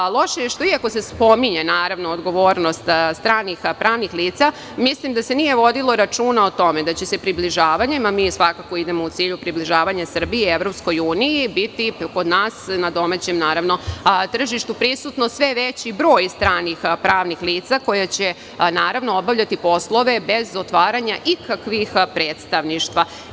Loše je što iako se spominje odgovornost stranih pravnih lica, mislim da se nije vodilo računa o tome da će se približavanjem, a svakako idemo u cilju približavanja Srbije EU, biti kod nas na domaćem tržištu prisutno sve veći broj stranih pravnih lica koja će obavljati poslove bez otvaranja ikakvih predstavništva.